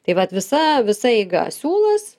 tai vat visa visa eiga siūlas